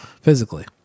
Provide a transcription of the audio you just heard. Physically